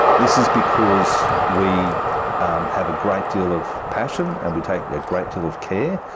this is because we have a great deal of passion and we take a great deal of care,